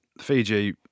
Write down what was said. Fiji